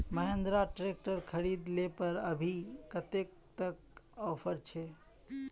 Mahindra tractor खरीद ले पर अभी कतेक तक ऑफर छे?